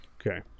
Okay